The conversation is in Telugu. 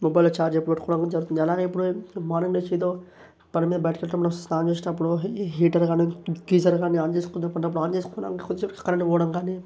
మొబైల్లో చార్జి ఎక్కువ పెట్టుకోవడం కాని జరుగుతుంది అలానే ఇపుడు మార్నింగ్ లేచాక పనిమీద బయటకి వెళ్తే మనం స్నానం చేసేటపుడు హీటర్ కాని గీజర్ కాని ఆన్ చేసుకున్నపుడు ఆన్ చేసుకున్న కొద్ది సేపటికి కరెంట్ పోవడంకాని